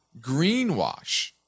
greenwash